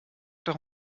doch